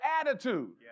attitude